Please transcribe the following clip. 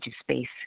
space